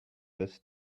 this